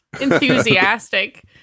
Enthusiastic